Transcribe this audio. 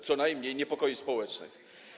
co najmniej do niepokoi społecznych.